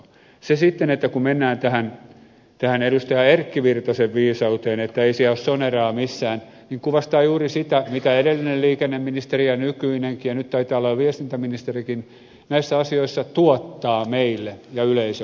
se sitten että kun mennään tähän edustaja erkki virtasen viisauteen että ei siellä ole soneraa missään kuvastaa juuri sitä mitä edellinen liikenneministeri ja nykyinenkin ja nyt taitaa jo viestintäministerikin näissä asioissa tuottavat meille ja yleisölle eli tietämättömyyttä